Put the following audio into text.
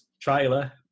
trailer